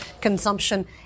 consumption